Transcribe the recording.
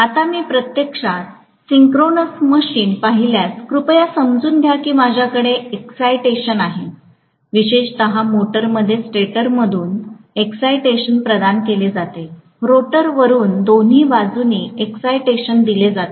आता मी प्रत्यक्षात सिंक्रोनस मशीन पाहिल्यास कृपया समजून घ्या की माझ्याकडे एक्सायटेशन आहे विशेषत मोटरमध्ये स्टॅटरमधून एक्सायटेशन प्रदान केले जाते रोटर वरून दोन्ही बाजूंनी एक्सायटेशन दिले जाते